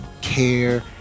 care